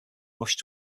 rushed